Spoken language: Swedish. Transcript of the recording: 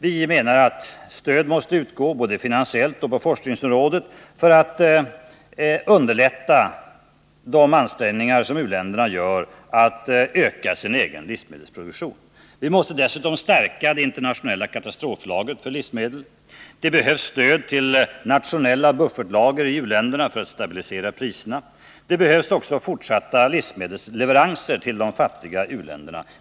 Vi menar att stöd måste utgå — både finansiellt och på forskningsområdet — för att underlätta de ansträngningar som u-länderna gör för att öka den egna livsmedelsproduktionen. Vi måste dessutom stärka det internationella katastroflagret för livsmedel. Det behövs stöd till nationella buffertlager i u-länderna för att stabilisera priserna. Det behövs också fortsatta livsmedelsleveranser till de fattiga u-länderna.